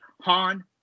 Han